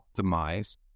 optimize